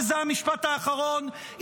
וזה המשפט האחרון,